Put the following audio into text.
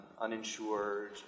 uninsured